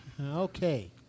Okay